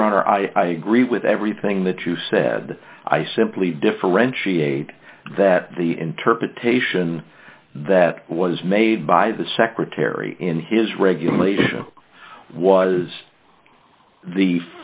honor i agree with everything that you said i simply differentiate that the interpretation that was made by the secretary in his regulation was the